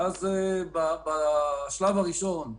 ואז, בשלב הראשון,